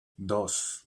dos